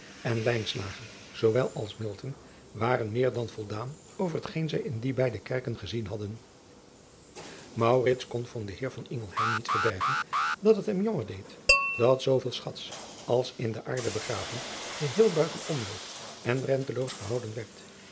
en zoowel als waren meer dan voldaan over hetgeen zij in die beide kerken gezien hadden kon voor den eer niet verbergen dat het hem jammer deed dat zooveel schats als in de aarde begraven geheel buiten omloop en renteloos gehouden werd